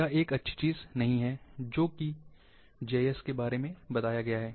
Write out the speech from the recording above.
यह एक अच्छी चीज़ नहीं है जो है जीआईएस के बारे में बताया गया है